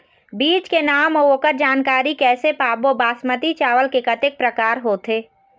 बीज के नाम अऊ ओकर जानकारी कैसे पाबो बासमती चावल के कतेक प्रकार होथे?